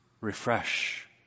Refresh